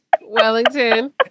Wellington